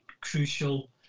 crucial